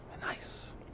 Nice